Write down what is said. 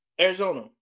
Arizona